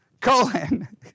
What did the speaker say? colon